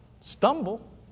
stumble